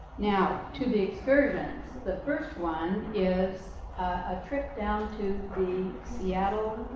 now, to the excursions the first one is a trip down to the seattle